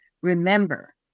remember